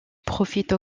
profite